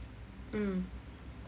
mm